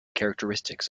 characteristics